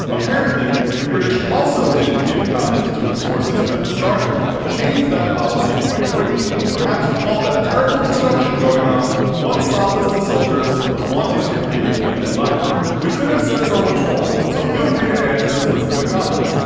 apparently, the british also didn't give condoms to its forces at the start but changed that policy quite quickly. perhaps with all that terrible destruction going on, one solace to soldiers was wanting to create a new life. we could have said so much more, so feel free to add to this list in the comments.